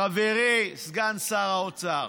חברי סגן שר האוצר: